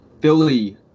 Philly –